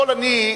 יכול אני,